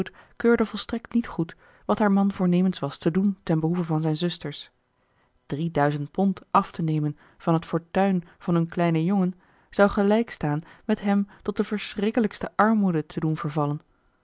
keurde volstrekt niet goed wat haar man voornemens was te doen ten behoeve van zijne zusters drieduizend pond af te nemen van het fortuin van hun kleinen jongen zou gelijk staan met hem tot de verschrikkelijkste armoede te doen vervallen